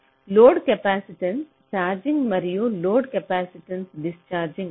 load capacitance charging మరియు load capacitance discharging